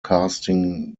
casting